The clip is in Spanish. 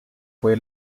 fue